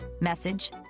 Message